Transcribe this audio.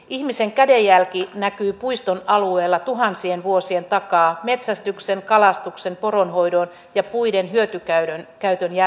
ihmisen kädenjälki näkyy puiston alueella tuhansien vuosien takaa metsästyksen kalastuksen poronhoidon ja puiden hyötykäytön jälkinä